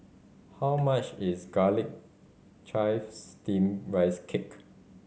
how much is Garlic Chives Steamed Rice Cake